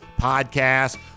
podcast